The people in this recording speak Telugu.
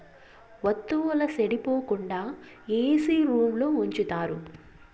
వత్తువుల సెడిపోకుండా ఏసీ రూంలో ఉంచుతారు